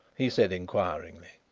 he said inquiringly.